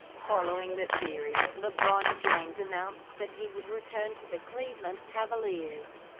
following that series, lebron james announced that he would return to the cleveland cavaliers.